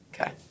Okay